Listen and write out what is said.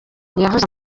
yavuze